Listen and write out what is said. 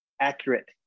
accurate